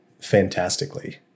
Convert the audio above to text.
fantastically